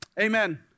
Amen